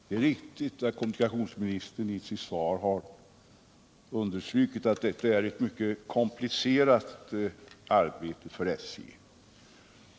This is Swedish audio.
Herr talman! Kommunikationsministern har i sitt svar understrukit att detta är ett mycket komplicerat arbete för SJ.